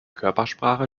körpersprache